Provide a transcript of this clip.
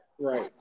Right